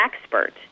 expert